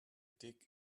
dig